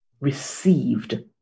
received